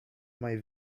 mai